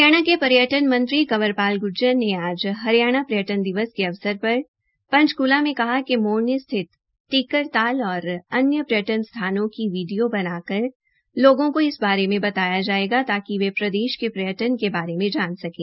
हरियाणा के पर्यटन मंत्री कंवर पाल ग्ज्जर ने आज हरियाणा पर्यटन दिवस के अवसर पर पंचकूला में कहा कि मोरनी स्थित टिक्कर ताल तथा अन्य पर्यटन स्थानों की वीडियो बना कर लोगों को इस बारे में बताया जाएगा तांकि वे प्रदेश के पर्यटन के बारे में जान सकें